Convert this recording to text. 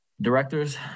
Directors